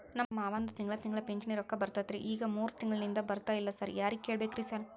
ನಮ್ ಮಾವಂದು ತಿಂಗಳಾ ತಿಂಗಳಾ ಪಿಂಚಿಣಿ ರೊಕ್ಕ ಬರ್ತಿತ್ರಿ ಈಗ ಮೂರ್ ತಿಂಗ್ಳನಿಂದ ಬರ್ತಾ ಇಲ್ಲ ಸಾರ್ ಯಾರಿಗ್ ಕೇಳ್ಬೇಕ್ರಿ ಸಾರ್?